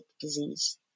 disease